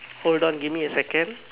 hold on give me a second